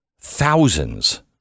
thousands